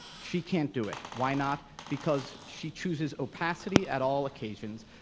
she can't do it. why not? because she chooses opacity at all occasions,